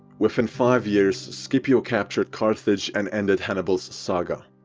within five years scipio captured carthage and ended hannibal's saga.